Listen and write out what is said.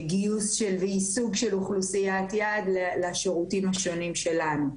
ויישוג של אוכלוסיית יעד לשירותים השונים שלנו.